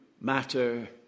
matter